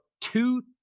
two